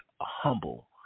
humble